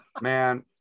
man